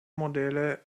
modelle